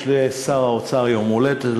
יש לשר האוצר יום הולדת,